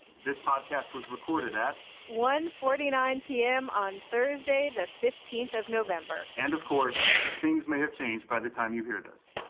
this podcast was recorded at. one forty nine p m. on thursday, the fifteen of november and, of course, things may have changed by the time you hear this.